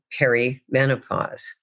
perimenopause